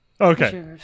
Okay